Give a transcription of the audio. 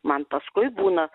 man paskui būna